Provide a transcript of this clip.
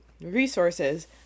resources